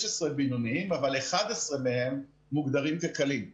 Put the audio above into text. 16 בינוניים, ו-11 מהם מוגדרים כקלים.